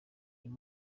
iyi